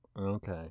Okay